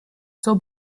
zur